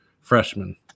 freshman